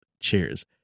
Cheers